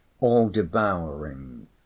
all-devouring